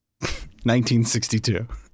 1962